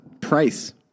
price